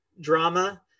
drama